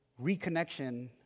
reconnection